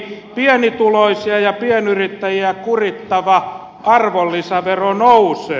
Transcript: pienituloisia ja pienyrittäjiä kurittava arvonlisävero nousee